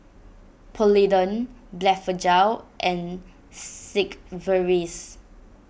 Polident Blephagel and Sigvaris